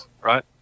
right